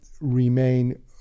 remain